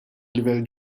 livell